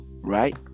right